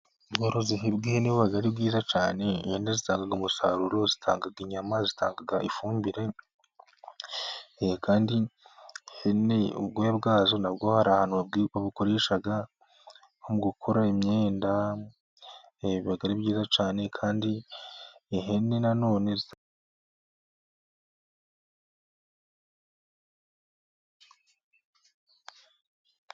Ubworozi bw'ihene buba ari bwiza cyane. Ihene zitanga umusaruro, itanga inyama, itanga ifumbire, kandi ihene ubwoya bwazo nabwo hari ahantu babukoresha nko gukora imyenda biba ari byiza cyane kandi ihene na none.